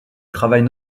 travaille